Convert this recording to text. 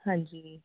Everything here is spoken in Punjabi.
ਹਾਂਜੀ ਜੀ